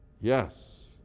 Yes